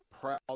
proud